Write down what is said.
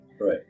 Right